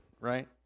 right